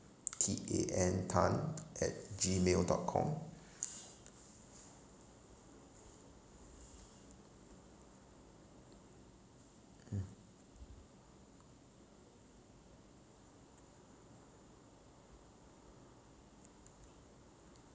T A N tan at G mail dot com mm